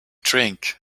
drink